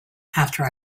after